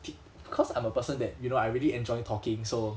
p~ cause I'm a person that you know I really enjoy talking so